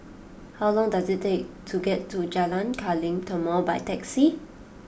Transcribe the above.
how long does it take to get to Jalan Kilang Timor by taxi